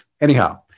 Anyhow